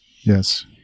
Yes